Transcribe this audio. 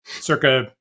circa